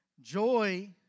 Joy